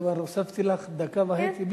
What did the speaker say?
כבר הוספתי לך דקה וחצי, כן?